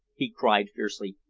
he cried fiercely.